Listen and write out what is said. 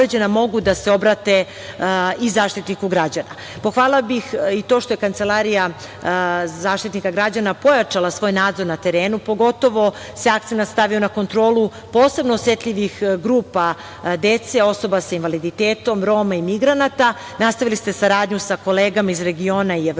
mogu da se obrate i Zaštitniku građana. Pohvalila bih i to što je Kancelarija Zaštitnika građana pojačala svoj nadzor na terenu, pogotovo se akcenat stavio na kontrolu posebno osetljivih grupa dece, osoba sa invaliditetom, Roma i migranata. Nastavili ste saradnju sa kolegama iz regiona i Evrope